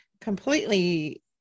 completely